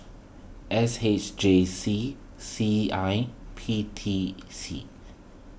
S H J C C I P T C